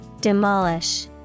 Demolish